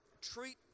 treat